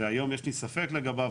והיום יש לי ספק לגביו,